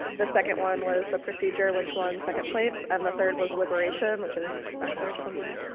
the second one was the procedure, which won second place, and the third was liberation, which is back there somewhere.